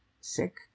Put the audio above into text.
sick